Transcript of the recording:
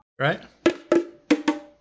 Right